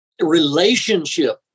relationship